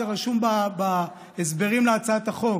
זה רשום בהסברים להצעת החוק,